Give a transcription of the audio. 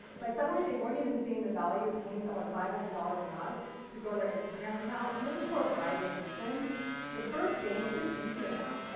like suddenly they weren't even seeing the value of paying so and five hundred dollars a month to grow their instagram account and this is for a variety of reasons the first being it's just easier now.